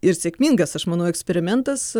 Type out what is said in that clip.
ir sėkmingas aš manau eksperimentas